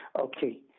Okay